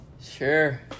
Sure